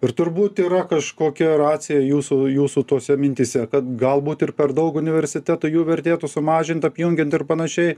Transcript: ir turbūt yra kažkokia racija jūsų jūsų tose mintyse kad galbūt ir per daug universitetų jų vertėtų sumažint apjungiant ir panašiai